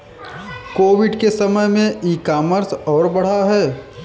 Covid के समय में ई कॉमर्स और बढ़ा है